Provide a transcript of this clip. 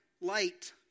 light